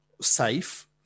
safe